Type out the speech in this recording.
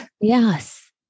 Yes